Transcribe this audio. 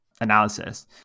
analysis